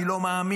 אני לא מאמין,